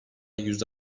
yüzde